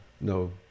no